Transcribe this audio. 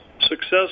success